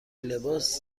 لباس